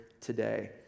today